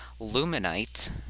Luminite